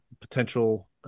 potential